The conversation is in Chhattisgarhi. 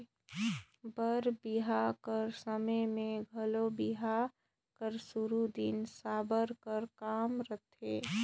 बर बिहा कर समे मे घलो बिहा कर सुरू दिन साबर कर काम रहथे